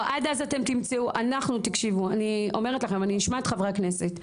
עד אז אתם תמצאו אני אשמע את חברי הכנסת.